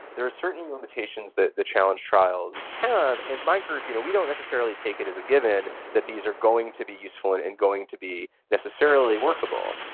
there are certain limitations that the challenge trials have, and my group, you know we don't necessarily take it as a given that these are going to be useful and and going to be necessarily workable.